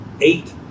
eight